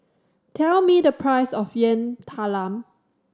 tell me the price of Yam Talam